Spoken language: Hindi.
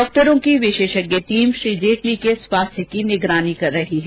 डॉक्टरों की विशेषज्ञ टीम श्री जेटली के स्वास्थ्य की निगरानी कर रही है